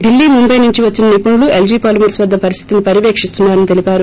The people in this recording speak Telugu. డిల్లీ ముంబై నుంచి వచ్చిన ెనిపుణులు ఎల్లీ పాలీమర్చ్ వద్ద పరిస్వితిని పర్యవేకిస్తున్నారని తెలిపారు